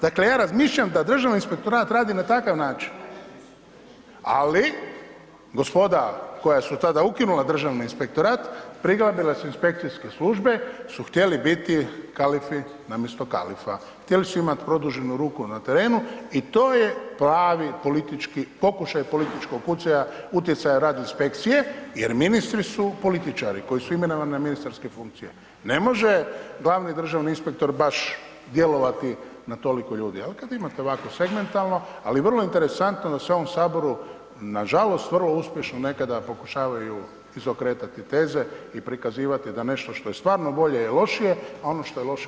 Dakle ja razmišljam da Državni inspektorat radi na takav način ali gospoda koja su tada ukinula Državni inspektorat, prigrabila su inspekcijske službe jer su htjeli biti kalifi na mjestu kalifa, htjeli su imat produženu ruku na terenu i to je pravi politički pokušaj političkog utjecaja radi inspekcije jer ministri su političari koji su imenovani na ministarske funkcije, ne može glavni državni inspektor baš djelovati na toliko ljudi ali kad imate ovakve segmentalno ali vrlo interesantno da s u ovom Saboru nažalost vrlo uspješno nekada pokušavaju izokretati teze i prikazivati da nešto što je stvarno bolje ili lošije a ono što je lošije